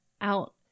out